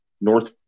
north